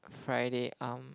Friday um